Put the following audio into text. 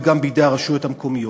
וגם בידי הרשויות המקומיות.